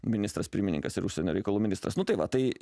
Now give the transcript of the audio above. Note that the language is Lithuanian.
ministras pirmininkas ir užsienio reikalų ministras nu tai va tai